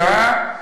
שעה.